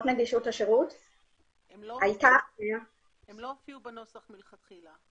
מלכתחילה הם לא הופיעו בנוסח.